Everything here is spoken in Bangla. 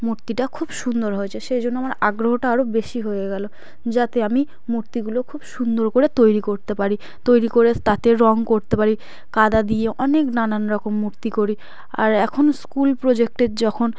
মূর্তিটা খুব সুন্দর হয়েছে সেই জন্য আমার আগ্রহটা আরও বেশি হয়ে গেলো যাতে আমি মূর্তিগুলো খুব সুন্দর করে তৈরি করতে পারি তৈরি করে তাতে রং করতে পারি কাদা দিয়ে অনেক নানান রকম মূর্তি করি আর এখন স্কুল প্রজেক্টের যখন